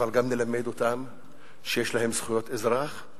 אבל גם נלמד אותם שיש להם זכויות אזרח,